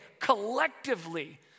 collectively